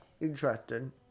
interesting